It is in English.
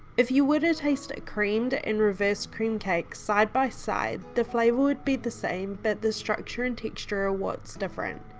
if you were to taste a creamed and reversed creamed cake side by side the flavour would be the same but the structure and texture are what's different.